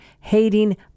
hating